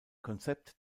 konzept